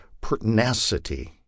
pertinacity